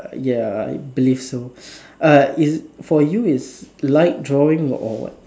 uh ya I believe so uh for you is light drawing or what